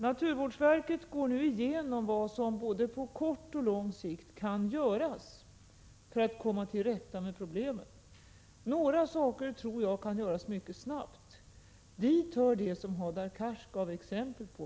Naturvårdsverket går nu igenom vad som både på kort och på lång sikt kan göras för att komma till rätta med problemet. Några saker tror jag kan göras mycket snabbt. Dit hör det som Hadar Cars gav exempel på.